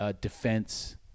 defense